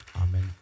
Amen